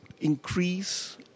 increase